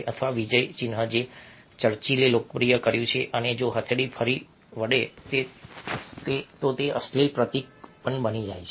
અથવા વિજય ચિહ્ન જે ચર્ચિલે લોકપ્રિય કર્યું અને જો હથેળી ફરી વળે તો તે અશ્લીલ પ્રતીક બની જાય છે